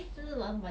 ya you